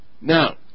Now